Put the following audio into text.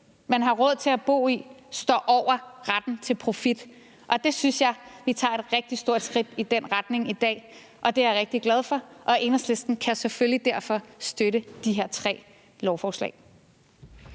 man har råd til at bo i, står over retten til profit, og det synes jeg vi tager et rigtig stort skridt i retning af i dag. Det er jeg rigtig glad for, og Enhedslisten kan selvfølgelig derfor støtte de her tre lovforslag.